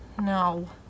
No